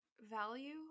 value